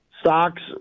Stocks